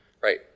Right